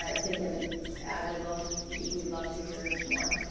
um take an added look. we'd we'd love to hear more.